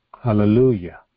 Hallelujah